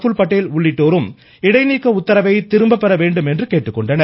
புல் பட்டேல் உள்ளிட்டோரும் இடைநீக்க உத்தரவை திரும்பப் பெற வேண்டும என்று கேட்டுக்கொண்டனர்